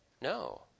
No